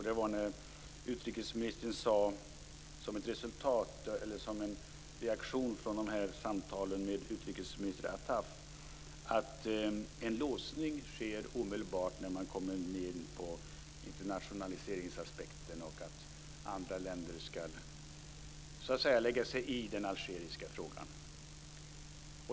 Det var när utrikesministern sade, som en reaktion från samtalen med utrikesminister Attaf, att en låsning sker omedelbart när man kommer in på internationaliseringsaspekten och på att andra länder skall lägga sig i den algeriska frågan.